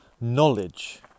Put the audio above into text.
knowledge